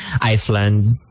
Iceland